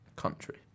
country